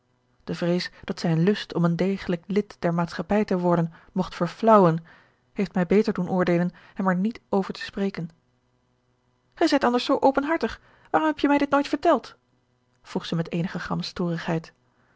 de vrees dat zijn lust om een degelijk lid der maatschappij te worden mogt verflaauwen heeft mij beter doen oordeelen hem er niet over te spreken ge zijt anders zoo openhartig waarom heb je mij dit nooit verteld vroeg zij met eenige